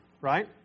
right